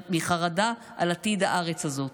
מחרדה על עתיד הארץ הזאת.